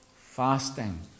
fasting